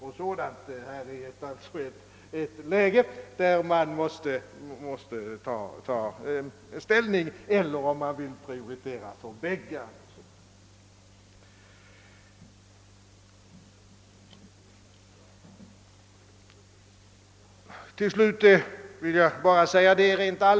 Vi befinner oss i ett läge där vi måste ta ställning.